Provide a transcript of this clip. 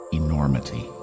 enormity